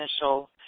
initial